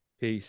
peace